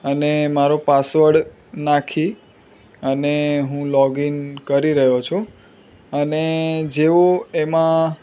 અને મારો પાસવર્ડ નાખી અને હું લૉગિન કરી રહ્યો છું અને જેવો એમાં